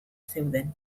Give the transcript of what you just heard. zeuden